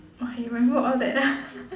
oh you remember all that ah